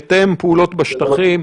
מתאם הפעולות בשטחים,